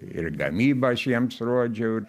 ir gamybą aš jiems rodžiau